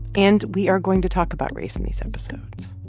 and we are going to talk about race in these episodes